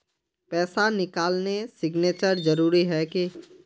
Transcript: पैसा निकालने सिग्नेचर जरुरी है की?